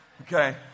okay